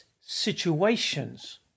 situations